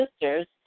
sister's